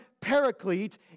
paraclete